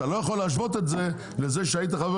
אתה לא יכול להשוות את זה לזה שהיית חבר